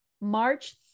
March